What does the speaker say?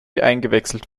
eingewechselt